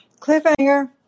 cliffhanger